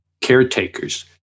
caretakers